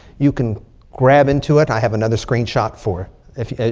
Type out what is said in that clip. you can grab into it. i have another screenshot for it.